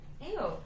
Ew